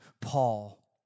Paul